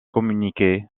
communiquer